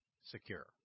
secure